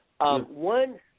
One